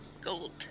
gold